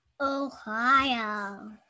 Ohio